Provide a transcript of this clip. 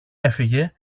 έφυγε